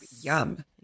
yum